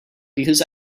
because